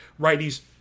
righties